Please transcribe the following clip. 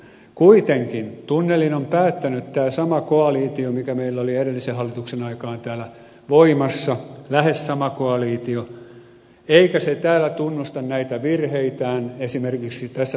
kuitenkin tunnelin on päättänyt tämä sama koalitio mikä meillä oli edellisen hallituksen aikaan täällä voimassa lähes sama koalitio eikä se täällä tunnusta näitä virheitään esimerkiksi tässä perustuslakiasiassa